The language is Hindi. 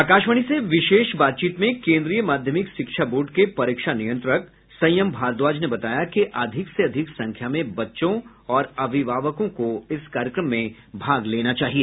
आकाशवाणी से विशेष बातचीत में केन्द्रीय माध्यमिक शिक्षा बोर्ड के परीक्षा नियंत्रक संयम भारद्वाज ने बताया कि अधिक से अधिक संख्या में बच्चों और अभिभावकों को इस कार्यक्रम में भाग लेना चाहिए